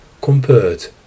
compared